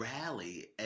rally